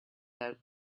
out